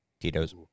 Tito's